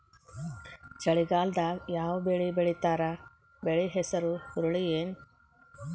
ಚಳಿಗಾಲದಾಗ್ ಯಾವ್ ಬೆಳಿ ಬೆಳಿತಾರ, ಬೆಳಿ ಹೆಸರು ಹುರುಳಿ ಏನ್?